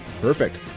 Perfect